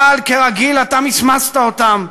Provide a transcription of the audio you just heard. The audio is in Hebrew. אבל, כרגיל, אתה מסמסת אותם,